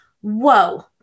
whoa